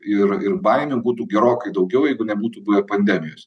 ir ir baimių būtų gerokai daugiau jeigu nebūtų buvę pandemijos